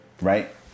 right